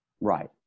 Right